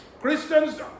Christians